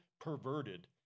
perverted